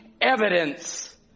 evidence